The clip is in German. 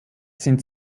sind